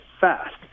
fast